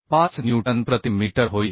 5 newton प्रति metre होईल